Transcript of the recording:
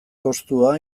kostua